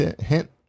hint